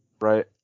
Right